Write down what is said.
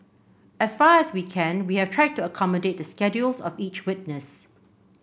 as far as we can we have tried to accommodate the schedules of each witness